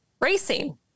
racing